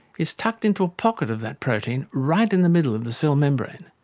is tucked into a pocket of that protein, right in the middle of the cell membrane.